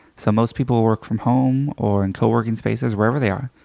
so most people work from home or in co-working spaces, wherever they are.